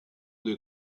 des